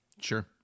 Sure